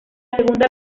segunda